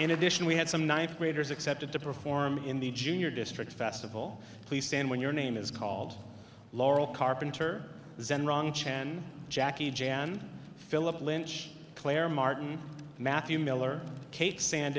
in addition we had some ninth graders accepted to perform in the junior district festival please stand when your name is called laurel carpenter zen wrong chan jackie jan philip lynch clare martin matthew miller kate sand